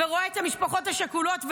רואה את המשפחות השכולות,